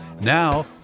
Now